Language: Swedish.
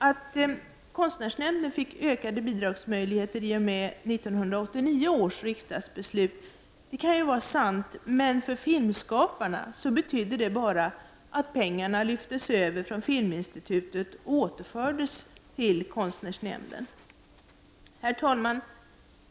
Att konstnärsnämnden fick ökade bidragsmöjligheter i och med 1989 års riksdagsbeslut kan ju vara sant, men för filmskaparna betydde det bara att pengarna lyftes över från Filminstitutet och återfördes till konstnärsnämnden. Herr talman!